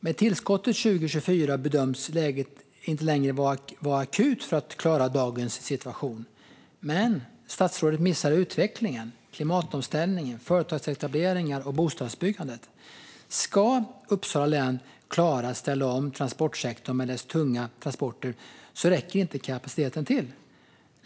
Med tillskottet 2024 bedöms läget inte längre vara akut för att klara dagens situation, men statsrådet missar utvecklingen, med klimatomställningen, företagsetableringarna och bostadsbyggandet. Ska Uppsala län klara att ställa om transportsektorn med dess tunga transporter räcker inte kapaciteten till.